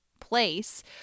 place